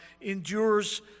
endures